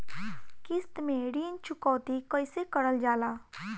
किश्त में ऋण चुकौती कईसे करल जाला?